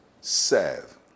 serve